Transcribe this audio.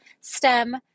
stem